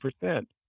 percent